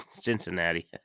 Cincinnati